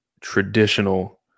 traditional